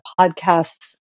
podcasts